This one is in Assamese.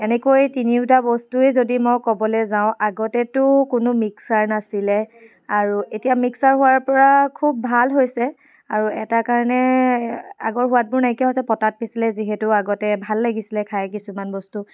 এনেকৈ তিনিওটা বস্তুৱে যদি মই ক'বলৈ যাওঁ আগতেতো কোনো মিক্সাৰ নাছিলে আৰু এতিয়া মিক্সাৰ হোৱাৰ পৰা খুব ভাল হৈছে আৰু এটা কাৰণে আগৰ সোৱাদবোৰ নাইকিয়া হৈছে পটাত পিছিলে যিহেতু আগতে ভাল লাগিছিলে খাই কিছুমান বস্তু